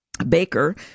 baker